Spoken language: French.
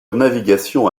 navigation